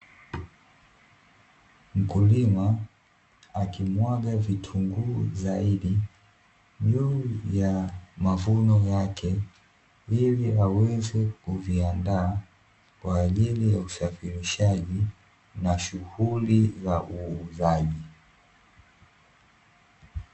Mkulima akimwaga vitunguu zaidi, juu ya mavuno yake ili aweze kuviandaa kwa ajili ya usafirishaji na shughuli za uuzaji.